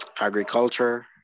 agriculture